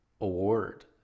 award